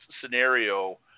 scenario